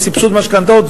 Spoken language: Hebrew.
על סבסוד משכנתאות,